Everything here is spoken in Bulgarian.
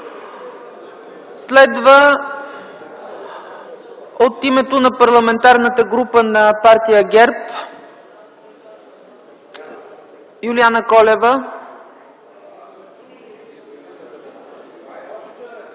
Следва – от името на Парламентарната група на партия ГЕРБ – Юлиана Колева.